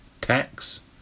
tax